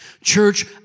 Church